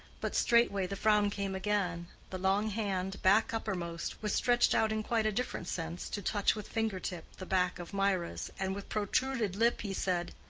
but straightway the frown came again, the long hand, back uppermost, was stretched out in quite a different sense to touch with finger-tip the back of mirah's, and with protruded lip he said,